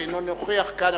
שאינו נוכח כאן,